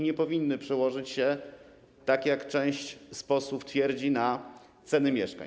Nie powinny przełożyć się, tak jak część z posłów twierdzi, na ceny mieszkań.